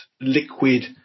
liquid